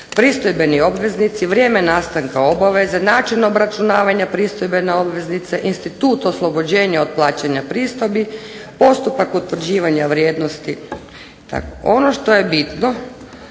pristojbeni obveznici, vrijeme nastanka obaveze, način obračunavanja pristojbene obveznice, institut oslobođenja od plaćanja pristojbi, postupak utvrđivanja vrijednosti. Ono što je bitno